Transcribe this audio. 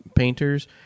painters